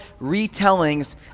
retellings